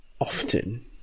often